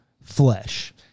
flesh